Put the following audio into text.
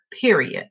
period